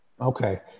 Okay